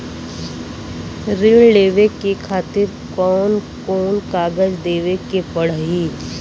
ऋण लेवे के खातिर कौन कोन कागज देवे के पढ़ही?